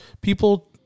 people